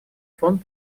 фонд